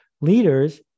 Leaders